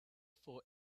for